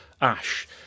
Ash